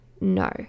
no